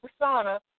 persona